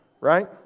right